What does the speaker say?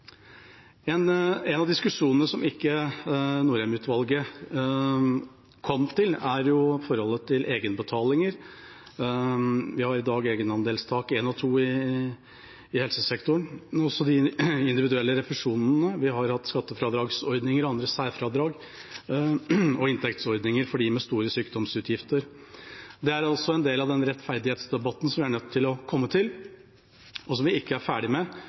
pasientgrupper. En av diskusjonene som Norheim-utvalget ikke tok, er forholdet til egenbetalinger. Vi har i dag egenandelstak 1 og 2 i helsesektoren, men vi har også individuelle refusjoner: Vi har hatt skattefradragsordninger, andre særfradrag og inntektsordninger for dem med store sykdomsutgifter. Det er også en del av den rettferdighetsdebatten som vi er nødt til å ta, som vi ikke er ferdig med